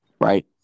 Right